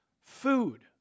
food